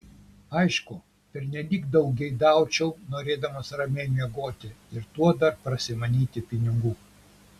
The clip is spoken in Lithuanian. aišku pernelyg daug geidaučiau norėdamas ramiai miegoti ir tuo dar prasimanyti pinigų